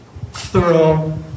thorough